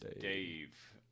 Dave